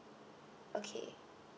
okay